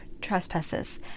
trespasses